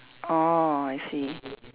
orh I see